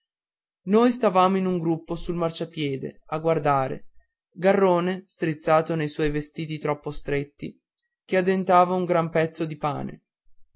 noi stavamo in un gruppo sul marciapiede a guardare garrone strizzato nei suoi vestiti troppo stretti che addentava un gran pezzo di pane